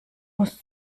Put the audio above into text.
muss